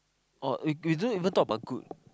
oh we don't we don't even talk about good